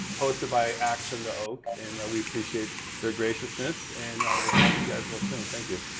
hosted by axe and the oak. and we appreciate their graciousness. and we'll talk to you guys real soon. thank you.